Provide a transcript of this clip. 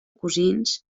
cosins